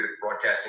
broadcasting